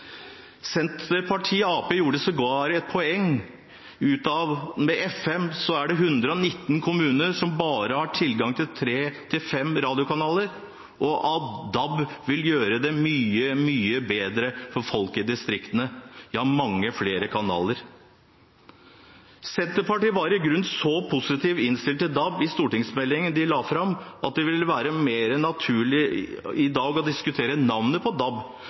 Senterpartiet og Arbeiderpartiet gjorde sågar et poeng av at det med FM var 119 kommuner som bare hadde tilgang til 3–5 radiokanaler, og at DAB ville gjøre det mye, mye bedre for folk i distriktene – ja, gi mange flere kanaler. Senterpartiet var i grunnen så positivt innstilt til DAB i stortingsmeldingen de la fram, at det ville være mer naturlig i dag å diskutere navnet på DAB.